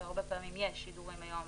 שהרבה פעמים יש שידורים היום